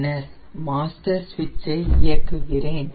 பின்னர் மாஸ்டர் சுவிட்ச் ஐ இயக்குகிறேன்